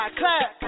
clap